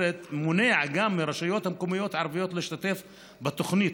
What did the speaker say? מונע מרשויות מקומיות ערביות מלהשתתף בתוכנית.